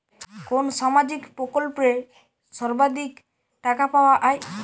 কোন সামাজিক প্রকল্পে সর্বাধিক টাকা পাওয়া য়ায়?